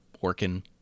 working